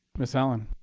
miss allen.